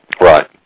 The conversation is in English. Right